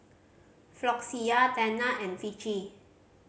Floxia Tena and Vichy